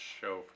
show